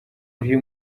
riri